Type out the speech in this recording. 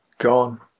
gone